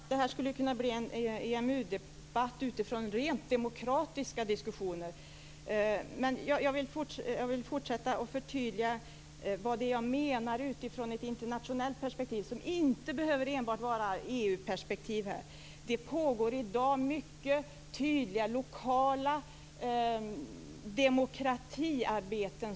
Fru talman! Detta skulle kunna bli en EMU-debatt utifrån rent demokratiska diskussioner. Jag vill fortsätta att förtydliga vad jag menar utifrån ett internationellt perspektiv, som inte enbart behöver vara ett EU-perspektiv. Det pågår i dag mycket tydliga lokala demokratiarbeten.